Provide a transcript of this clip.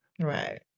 Right